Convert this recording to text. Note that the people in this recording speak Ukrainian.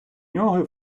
нього